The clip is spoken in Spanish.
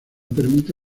permite